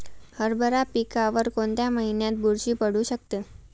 हरभरा पिकावर कोणत्या महिन्यात बुरशी पडू शकते?